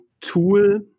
tool